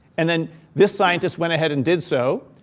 and then this scientists went ahead and did so.